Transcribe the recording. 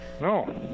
No